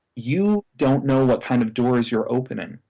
you don't know what kind of doors you're opening.